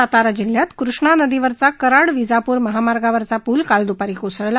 सातारा जिल्ह्यात कृष्णा नदीवरचा कराड विजापूर महामार्गावरचा पूल काल दूपारी कोसळला